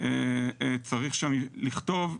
צריך שם לכתוב,